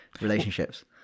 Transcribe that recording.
relationships